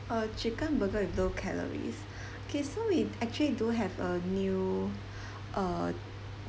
uh chicken burger with low calories okay so we actually do have a new uh